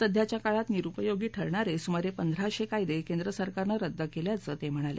सध्याच्या काळात निरुपयोगी ठरणारे सुमारे पंधराशे कायदे केंद्र सरकारनं रद्द केल्याचं ते म्हणाले